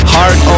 Heart